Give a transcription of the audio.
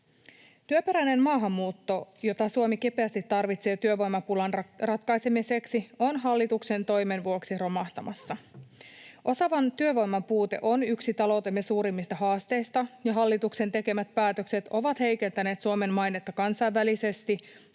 Työperäinen maahanmuutto, jota Suomi kipeästi tarvitsee työvoimapulan ratkaisemiseksi, on hallituksen toimien vuoksi romahtamassa. Osaavan työvoiman puute on yksi taloutemme suurimmista haasteista. Hallituksen tekemät päätökset ovat heikentäneet Suomen mainetta kansainvälisesti,